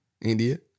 India